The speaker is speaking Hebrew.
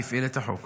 הפעיל את החוק